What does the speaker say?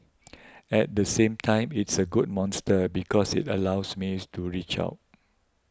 at the same time it's a good monster because it allows me to reach out